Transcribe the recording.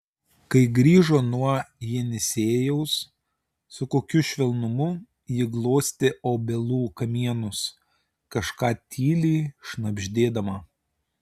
kai grįžo nuo jenisejaus su kokiu švelnumu ji glostė obelų kamienus kažką tyliai šnabždėdama